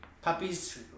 puppies